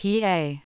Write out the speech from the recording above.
PA